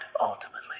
ultimately